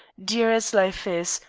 dear as life is,